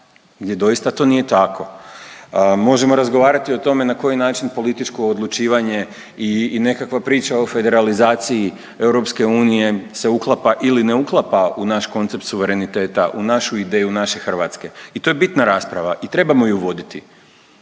gdje doista to nije tako. Možemo razgovarati o tome na koji način političko odlučivanje i nekakva priča o federalizaciji EU se uklapa ili ne uklapa u naš koncept suvereniteta u našu ideju naše Hrvatske i to je bitna rasprava i trebamo ju voditi